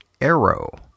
Arrow